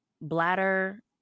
bladder